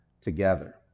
together